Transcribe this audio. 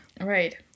Right